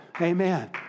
Amen